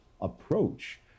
approach